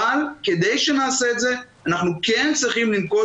אבל כדי שנעשה את זה אנחנו כן צריכים לנקוט